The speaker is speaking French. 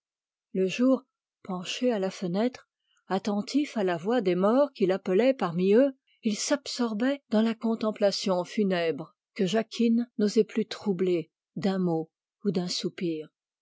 le jour penché à la fenêtre attentif à la voix des morts qui l'appelaient parmi eux il s'absorbait dans la contemplation funèbre que jacquine n'osait plus troubler d'un mot ou d'un soupir